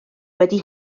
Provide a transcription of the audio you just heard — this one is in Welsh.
wedi